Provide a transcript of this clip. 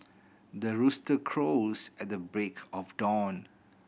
the rooster crows at the break of dawn